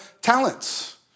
talents